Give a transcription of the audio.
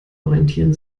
orientieren